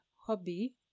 hobby